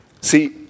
See